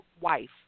wife